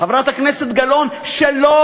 חברת הכנסת גלאון, שלא